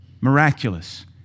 Miraculous